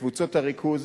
בקבוצות הריכוז.